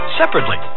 separately